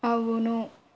అవును